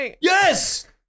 Yes